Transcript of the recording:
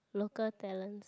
local talents